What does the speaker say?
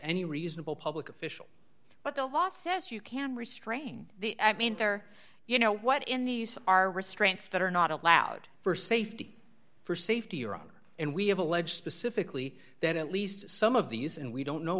any reasonable public official what the law says you can restrain the act mean there you know what in these are restraints that are not allowed for safety for safety or honor and we have alleged specifically that at least some of these and we don't know